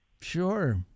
Sure